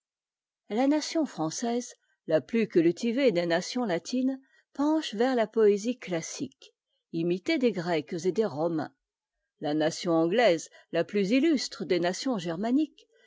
la nation française la plus cultivée des nations latines penche vers la poésie potassique imitée des grecs et des romains la nation anglaise la plus ittustre des nations germaniques